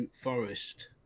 Forest